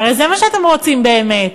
הרי זה מה שאתם רוצים באמת.